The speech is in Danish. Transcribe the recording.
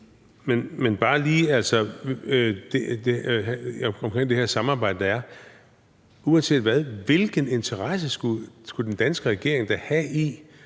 Men bare lige omkring det samarbejde, der er: Uanset hvad, hvilken interesse skulle den danske regering da have i